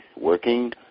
working